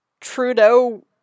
Trudeau